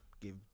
give